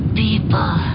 people